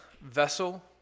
vessel